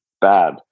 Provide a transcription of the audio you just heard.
bad